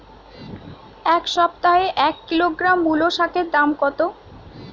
এ সপ্তাহে এক কিলোগ্রাম মুলো শাকের দাম কত?